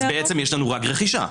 יש לנו רק רכישה.